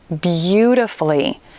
beautifully